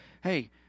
hey